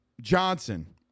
Johnson